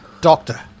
doctor